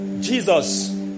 Jesus